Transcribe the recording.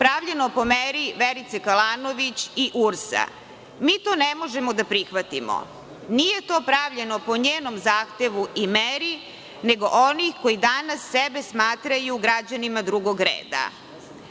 pravljeno po meri Verice Kalanović i URS. Mi to ne možemo da prihvatimo. Nije to pravljeno po njenom zahtevu i meri, nego onih koji danas sebe smatraju građanima drugog reda.